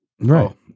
right